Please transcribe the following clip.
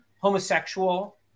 homosexual